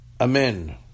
Amen